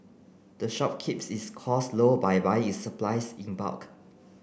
the shop keeps its cost low by buying its supplies in bulk